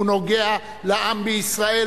הוא נוגע לעם בישראל,